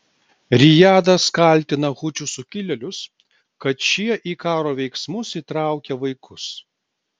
rijadas kaltina hučių sukilėlius kad šie į karo veiksmus įtraukia vaikus